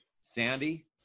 Sandy